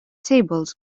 tables